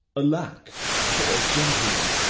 alack, poor gentleman!